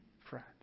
friend